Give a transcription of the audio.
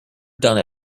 done